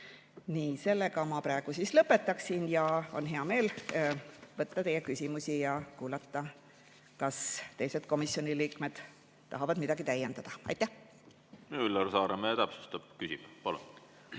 Sellega ma praegu lõpetan. On hea meel kuulda teie küsimusi ja kuulata, kas teised komisjoni liikmed tahavad midagi täiendada. Aitäh! Üllar Saaremäe täpsustab, küsib.